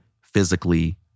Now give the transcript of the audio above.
physically